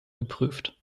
geprüft